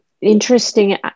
interesting